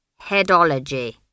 headology